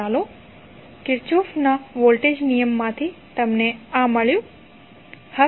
તો કિર્ચોફના વોલ્ટેજ નિયમમાંથી તમને આ મળ્યું છે